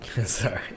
Sorry